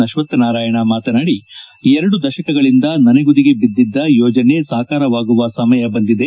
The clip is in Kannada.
ಅಕ್ಷತ್ತನಾರಾಯಣ ಮಾತನಾಡಿ ಎರಡು ದಶಕಗಳಿಂದ ನೆಸೆಗುದಿಗೆ ಬಿದ್ದಿದ್ದ ಯೋಜನೆ ಸಾಕಾರವಾಗುವ ಸಮಯ ಬಂದಿದೆ